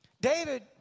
David